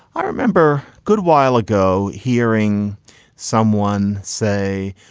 i remember good while ago hearing someone say,